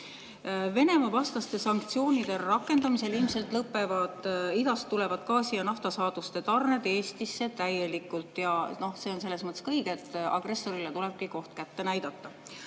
Venemaa-vastaste sanktsioonide rakendamisel ilmselt lõpevad idast tulevad gaasi‑ ja naftasaaduste tarned Eestisse täielikult. See on selles mõttes ka õige, et agressorile tulebki koht kätte näidata.